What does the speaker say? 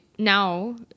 Now